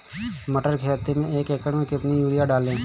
मटर की खेती में एक एकड़ में कितनी यूरिया डालें?